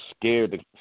scared